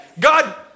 God